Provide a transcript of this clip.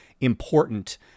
important